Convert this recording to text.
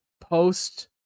post